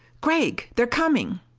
gregg! they're coming!